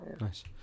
Nice